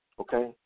okay